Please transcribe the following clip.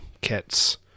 kits